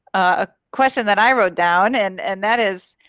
a question that i wrote down and and that is